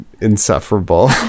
insufferable